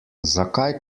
zakaj